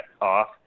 off